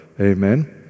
Amen